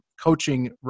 coaching